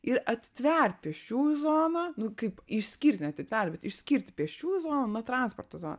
ir atitvert pėsčiųjų zoną nu kaip išskirt neatitvert bet išskirti pėsčiųjų zoną nuo transporto zonos